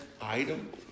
item